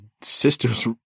sister's